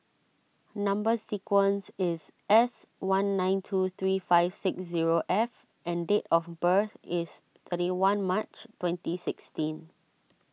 Number Sequence is S one nine two three five six zero F and date of birth is thirty one March twenty sixteen